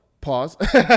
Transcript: pause